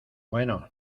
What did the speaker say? bueno